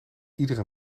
iedere